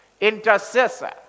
intercessor